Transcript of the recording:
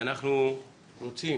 ואנחנו רוצים